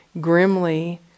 grimly